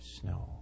snow